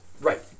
Right